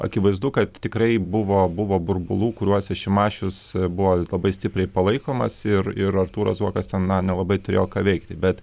akivaizdu kad tikrai buvo buvo burbulų kuriuose šimašius buvo labai stipriai palaikomas ir ir artūras zuokas ten na nelabai turėjo ką veikti bet